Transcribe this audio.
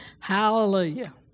Hallelujah